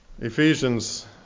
Ephesians